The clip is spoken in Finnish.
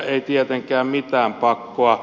ei tietenkään mitään pakkoa